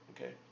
Okay